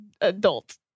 adult